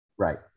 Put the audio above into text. Right